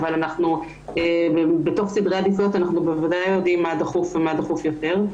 אבל בתוך סדרי העדיפויות אנחנו בוודאי יודעים מה דחוף ומה דחוף יותר.